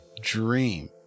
dream